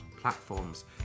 platforms